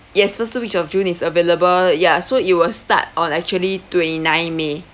yes first two weeks of june is available ya so it will start on actually twenty nine may